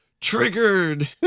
Triggered